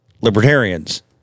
libertarians